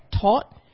taught